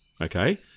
okay